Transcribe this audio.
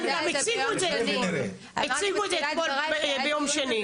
הם הציגו את זה ביום שני.